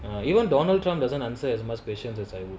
ah even donald trump doesn't answer as much questions as I would